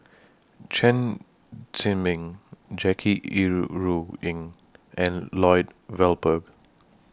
Chen Zhiming Jackie Yi Ru Ying and Lloyd Valberg